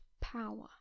power